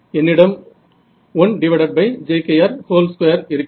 என்னிடம் 12 இருக்கிறது